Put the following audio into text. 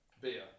Beer